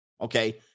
okay